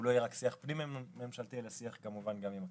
שהוא לא יהיה רק שיח פנים-ממשלתי אלא שיח כמובן גם עם הכנסת.